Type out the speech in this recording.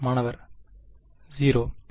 மாணவர் 0